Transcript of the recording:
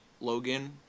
Logan